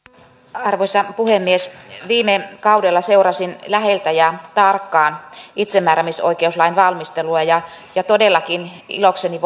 arvoisa puhemies viime kaudella seurasin läheltä ja tarkkaan itsemääräämisoikeuslain valmistelua ja ja todellakin ilokseni